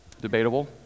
Debatable